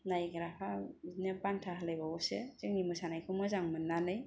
नायग्राफोरा बिदिनो बान्था होलायबावोसो जोंनि मोसानायखौ मोजां मोननानै